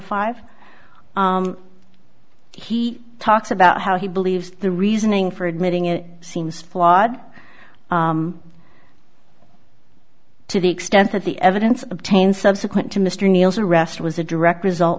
five he talks about how he believes the reasoning for admitting it seems flawed to the extent that the evidence obtained subsequent to mr neil's arrest was a direct result